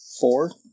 four